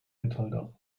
metalldach